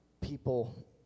people